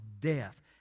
death